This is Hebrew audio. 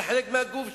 זה חלק מהגוף שלי.